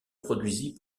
produisit